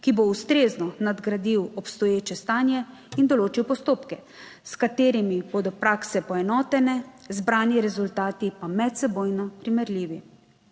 ki bo ustrezno nadgradil obstoječe stanje in določil postopke, s katerimi bodo prakse poenotene, zbrani rezultati pa medsebojno primerljivi.